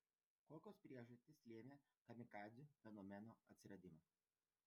kokios priežastys lėmė kamikadzių fenomeno atsiradimą